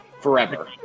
forever